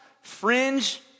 fringe